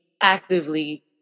actively